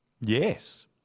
Yes